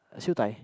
Siew-Dai